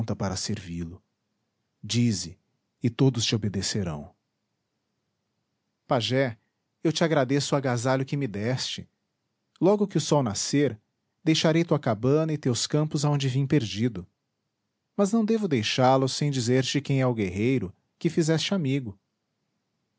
para servi-lo dize e todos te obedecerão pajé eu te agradeço o agasalho que me deste logo que o sol nascer deixarei tua cabana e teus campos aonde vim perdido mas não devo deixá los sem dizer-te quem é o guerreiro que fizeste amigo